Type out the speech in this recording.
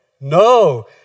No